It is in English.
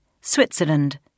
Switzerland